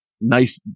knife